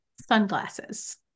Sunglasses